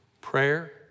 Prayer